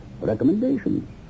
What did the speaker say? recommendations